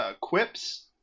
quips